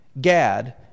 Gad